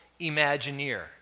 imagineer